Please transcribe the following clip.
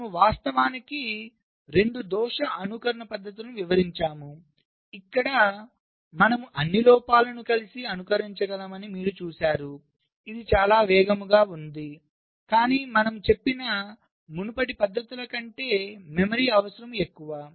మనము వాస్తవానికి 2 దోష అనుకరణ పద్ధతులను వివరించాము ఇక్కడ మనము అన్ని లోపాలను కలిసి అనుకరించగలమని మీరు చూశారు ఇది చాలా వేగంగా ఉంది కాని మనం చెప్పిన మునుపటి పద్ధతుల కంటే మెమరీ అవసరం ఎక్కువ